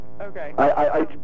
Okay